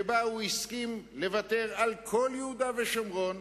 שבה הוא הסכים לוותר על כל יהודה ושומרון,